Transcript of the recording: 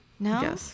No